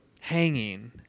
hanging